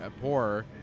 poor